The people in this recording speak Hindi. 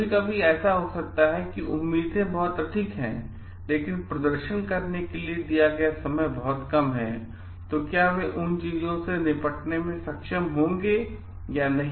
कभी कभी ऐसा हो सकता है कि उम्मीदें बहुत अधिक हैं लेकिन प्रदर्शन करने के लिए दिया गया समय बहुत कम है तो क्या वे उन चीजों से निपटने में सक्षम होंगे या नहीं